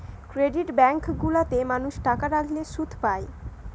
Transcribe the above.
credit bank গুলা তে মানুষ টাকা রাখলে শুধ পায়